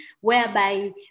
whereby